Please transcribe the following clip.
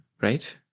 right